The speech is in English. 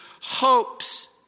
hopes